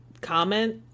comment